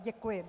Děkuji.